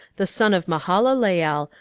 the son of mahalaleel,